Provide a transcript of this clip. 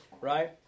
Right